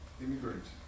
immigrants